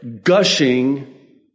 gushing